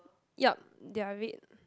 yup they are red